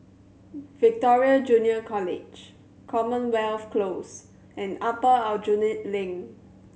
Victoria Junior College Commonwealth Close and Upper Aljunied Link